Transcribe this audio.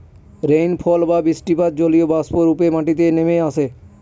rainfall বা বৃষ্টিপাত জলীয়বাষ্প রূপে মাটিতে নেমে আসে